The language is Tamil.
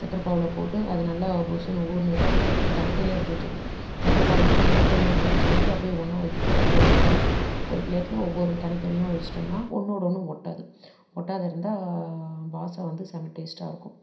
சக்கரை பாவில் போட்டு அது நல்லா பொஸ்ஸுன்னு ஊறுனதுக்கப்புறம் எடுத்து தனித்தனியாக எடுத்து வச்சிர்ணும் சக்கரை பாவுலிருந்து எடுத்துட்டோமே அப்படின்னு சொல்லிவிட்டு அப்டே ஒன்னாக வைக்கக்கூடாது அதை எடுத்து தனித்தனி ஒரு பிளேட்டில ஒவ்வொரு தனித்தனியாக வச்சிட்டோம்னா ஒன்னோட ஒன்று ஒட்டாது ஒட்டாத இருந்தால் பாதுஷா வந்து செம டேஸ்ட்டாக இருக்கும்